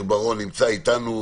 נמצא אתנו,